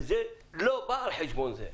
וזה לא בא על חשבון זה.